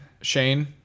Shane